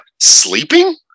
Sleeping